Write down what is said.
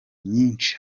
nyinshi